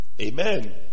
Amen